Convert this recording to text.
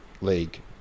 League